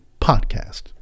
podcast